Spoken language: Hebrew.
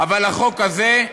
אבל החוק הזה,